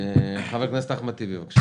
חבר הכנסת אחמד טיבי, בבקשה.